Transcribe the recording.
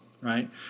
right